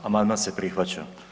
Amandman se prihvaća.